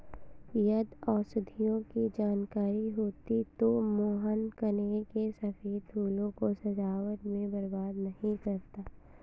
यदि औषधियों की जानकारी होती तो मोहन कनेर के सफेद फूलों को सजावट में बर्बाद नहीं करता